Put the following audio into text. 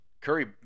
Curry